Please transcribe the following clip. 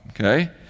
okay